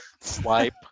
Swipe